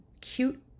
cute